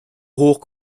hoch